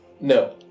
No